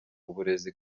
uburezi